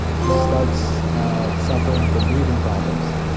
he starts suffering from breathing problems.